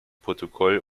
protokoll